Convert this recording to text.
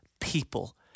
people